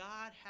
God